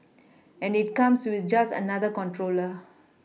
and it comes with just another controller